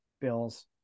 Bills